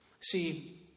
See